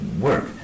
Work